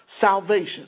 salvation